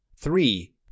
three